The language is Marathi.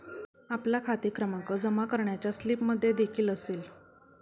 आपला खाते क्रमांक जमा करण्याच्या स्लिपमध्येदेखील असेल